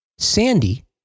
Sandy